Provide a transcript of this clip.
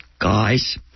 guys